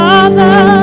Father